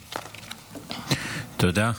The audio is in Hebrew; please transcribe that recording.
תודה.